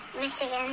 michigan